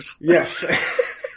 Yes